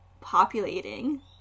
populating